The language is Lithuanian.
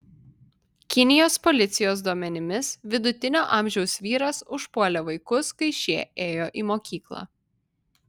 kinijos policijos duomenimis vidutinio amžiaus vyras užpuolė vaikus kai šie ėjo į mokyklą